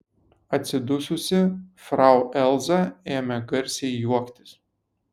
atsidususi frau elza ėmė garsiai juoktis